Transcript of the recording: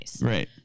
Right